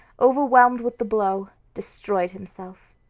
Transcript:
overwhelmed with the blow, destroyed himself.